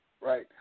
right